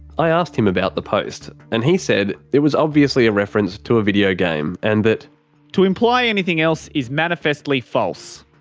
i asked him about the post, and he said it was obviously a reference to a video game and that actor to imply anything else is manifestly false.